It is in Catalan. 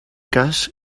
cas